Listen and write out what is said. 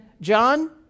John